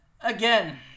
again